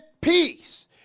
peace